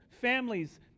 families